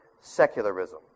secularism